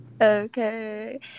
Okay